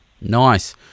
Nice